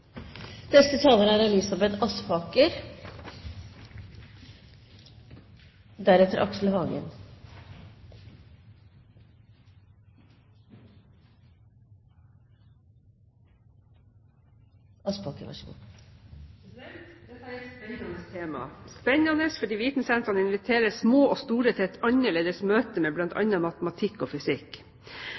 er et spennende tema. Det er spennende fordi vitensentrene inviterer små og store til et annerledes møte med bl.a. matematikk og fysikk.